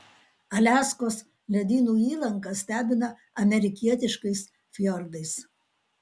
aliaskos ledynų įlanka stebina amerikietiškais fjordais